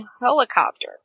helicopter